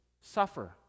suffer